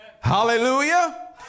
Hallelujah